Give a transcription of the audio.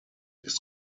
ist